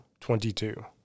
Twenty-two